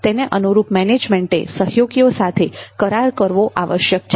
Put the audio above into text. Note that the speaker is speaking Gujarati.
તેને અનુરૂપ મેનેજમેન્ટે સહયોગીઓ સાથે કરાર કરવો આવશ્યક છે